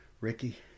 ricky